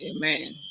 Amen